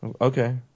Okay